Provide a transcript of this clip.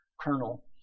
colonel